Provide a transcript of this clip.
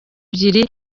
ebyiri